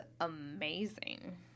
amazing